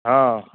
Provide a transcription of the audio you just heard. हँ